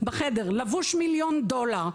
לבוש מיליון דולר,